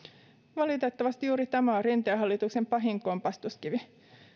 valitettavasti juuri tämä on rinteen hallituksen pahin kompastuskivi